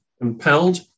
impelled